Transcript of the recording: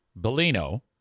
Bellino